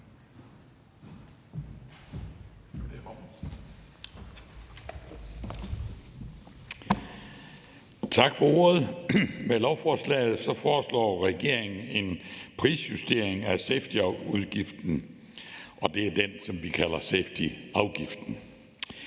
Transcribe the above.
Tak for ordet. Med lovforslaget foreslår regeringen en prisjustering af safetyudgiften, og det er den, som vi kalder safetyafgiften.